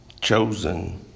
chosen